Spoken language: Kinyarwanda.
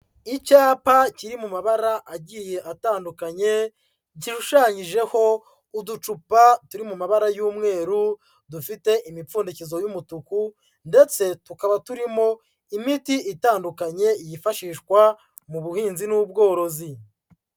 Icyapa kiri mu mabara agiye atandukanye, kirushanyijeho uducupa turi mu mabara y'umweru, dufite imipfundikizo y'umutuku ndetse tukaba turimo imiti itandukanye yifashishwa mu buhinzi n'ubworozi.